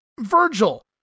Virgil